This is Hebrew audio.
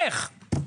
איך?